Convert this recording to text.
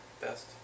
Best